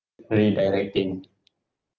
redirecting